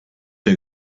der